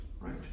right